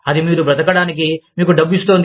అది మీరు బ్రతకడానికి మీకు డబ్బు ఇస్తోంది